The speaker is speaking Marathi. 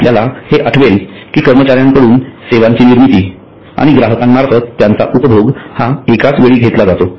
आपल्याला हे आठवेल कि कर्मचाऱ्यांकडून सेवांची निर्मिती आणि ग्राहकांमार्फत त्यांचा उपभोग हा एकाच वेळी घेतला जातो